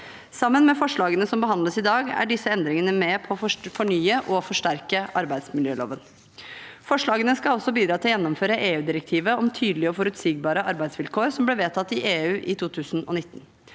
Sammen med forslagene som behandles i dag, er disse endringene med på å fornye og forsterke arbeidsmiljøloven. Forslagene skal også bidra til å gjennomføre EUdirektivet om tydelige og forutsigbare arbeidsvilkår som ble vedtatt i EU i 2019.